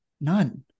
None